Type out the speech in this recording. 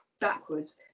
backwards